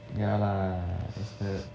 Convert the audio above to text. yeah lah